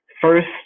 first